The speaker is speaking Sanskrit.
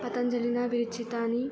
पतञ्जलिना विरचितानि